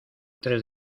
tres